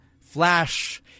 Flash